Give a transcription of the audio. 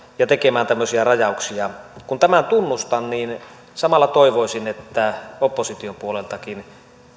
tekemään tämmöisiä rajauksia kun tämän tunnustan niin samalla toivoisin että opposition puoleltakin